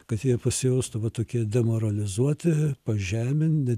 kad jie pasijaustų va tokie demoralizuoti pažeminti